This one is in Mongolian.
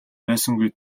байсангүй